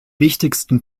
wichtigsten